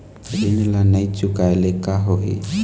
ऋण ला नई चुकाए ले का होही?